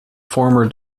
former